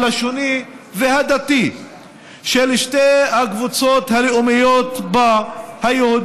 הלשוני והדתי של שתי הקבוצות הלאומיות בה,